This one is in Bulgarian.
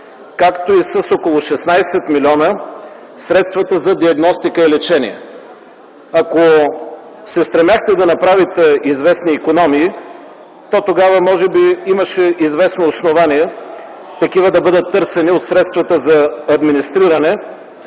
както и с около 16 млн. лв. средствата за диагностика и лечение. Ако се стремяхте да направите известни икономии, то тогава може би имаше известно основание такива да бъдат търсени от средствата за администриране.